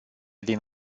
din